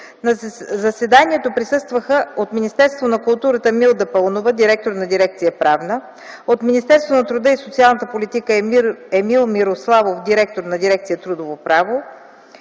На заседанието присъстваха от Министерството на културата: Милда Паунова - директор на дирекция „Правна”; от Министерството на труда и социалната политика: Емил Мирославов - директор на дирекция „Трудово право,